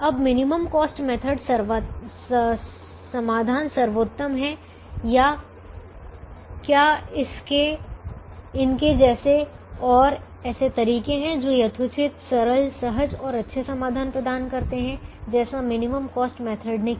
अब minimum cost method समाधान सर्वोत्तम है या क्या इनके जैसे और ऐसे तरीके हैं जो यथोचित सरल सहज और अच्छे समाधान प्रदान करते है जैसा मिनिमम कॉस्ट मेथड ने किया